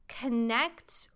connect